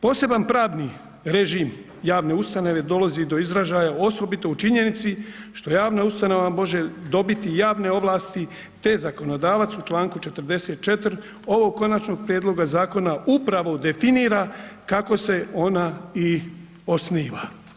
Posebni pravni režim javne ustanove dolazi do izražaja osobito u činjenici što javna ustanova može dobiti javne ovlasti, te zakonodavac u čl. 44. ovog konačnog prijedloga zakona upravo definira kako se ona i osniva.